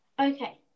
Okay